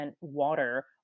water